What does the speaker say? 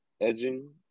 edging